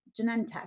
Genentech